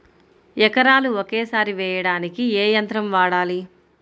ఎకరాలు ఒకేసారి వేయడానికి ఏ యంత్రం వాడాలి?